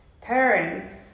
parents